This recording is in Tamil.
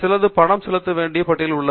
சிலது பணம் செலுத்தவேண்டிய பட்டியலில் உள்ளன